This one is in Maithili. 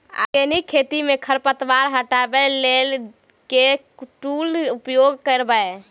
आर्गेनिक खेती मे खरपतवार हटाबै लेल केँ टूल उपयोग करबै?